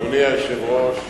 אדוני היושב-ראש,